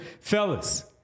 Fellas